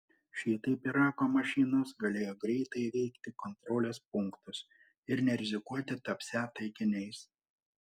šitaip irako mašinos galėjo greitai įveikti kontrolės punktus ir nerizikuoti tapsią taikiniais